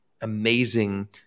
amazing